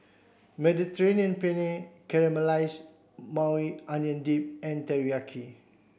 Mediterranean Penne Caramelized Maui Onion Dip and Teriyaki